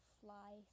fly